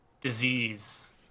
disease